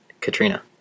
Katrina